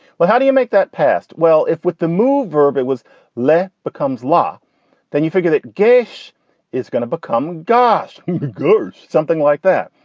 well how do you make that past well if with the move verb it was left becomes law then you figure that geshe is gonna become gosh goes something like that.